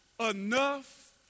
enough